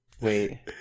Wait